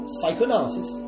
psychoanalysis